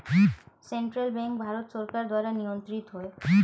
central bank Bharat সরকার দ্বারা নিয়ন্ত্রিত হয়